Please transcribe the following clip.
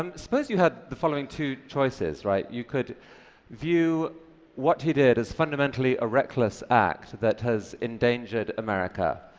um suppose you had the following two choices, right? you could view what he did as fundamentally a reckless act that has endangered america